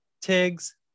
Tiggs